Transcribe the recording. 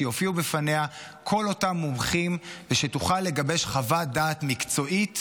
שיופיעו בפניה כל אותם מומחים ושתוכל לגבש חוות דעת מקצועית,